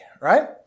right